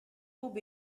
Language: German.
zob